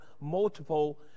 multiple